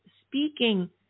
speaking